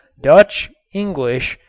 dutch, english,